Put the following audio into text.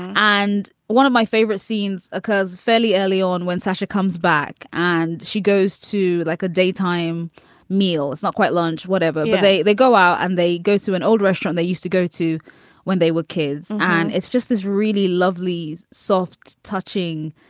and one of my favorite scenes, because fairly early on when sasha comes back and she goes to like a daytime meal, it's not quite lunch, whatever, but they they go out and they go to an old restaurant they used to go to when they were kids. and it's just as really lovely's soft touching,